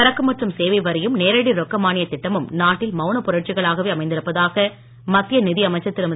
சரக்கு மற்றும் சேவை வரியும் நேரடி ரொக்க மானியத் திட்டமும் நாட்டில் மவுனப் புரட்சிகளாகவே அமைந்திருப்பதாக மத்திய நிதி அமைச்சர் திருமதி